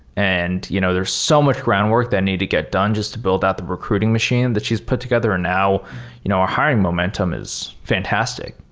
and you know there's so much groundwork that needed to get done just to build out the recruiting machine that she's put together, and now you know our hiring momentum is fantastic,